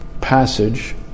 passage